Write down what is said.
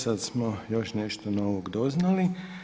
Sada smo još nešto novog doznali.